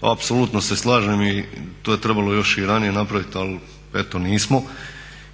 apsolutno se slažem i to je trebalo još i ranije napravit ali eto nismo